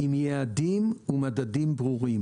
עם יעדים ומדדים ברורים.